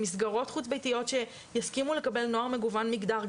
מסגרות חוץ ביתיות שיסכימו לקבל נוער מגוון מגדר,